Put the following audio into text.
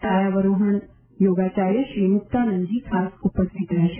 કાયાવરોહણના યોગાચાર્ય શ્રી મુક્તાનંદજી ખાસ ઉપસ્થિત રહેશે